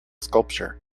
sculpture